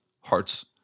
hearts